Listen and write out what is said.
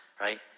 right